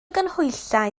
ganhwyllau